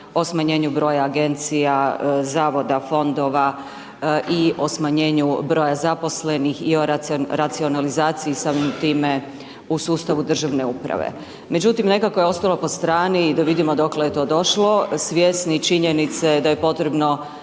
o smanjenju broja agencija, zavoda, fondova i o smanjenju broja zaposlenih i o racionalizaciji i samim time u sustavu državne uprave. Međutim, nekako je ostalo po strani da vidimo dokle je to došlo. Svjesni činjenice da je potrebno